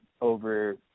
over